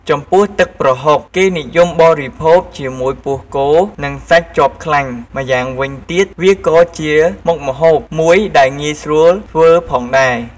ចំពោះទឹកប្រហុក គេនិយមបរិភោគជាមួយពោះគោ និងសាច់ជាប់ខ្លាញ់ ម្យ៉ាងវិញទៀត វាក៏ជាមុខម្ហូបមួយដែលងាយស្រួលធ្វើផងដែរ។